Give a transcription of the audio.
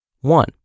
One